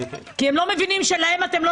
כך שבמקום שבו יש סמכות לסגור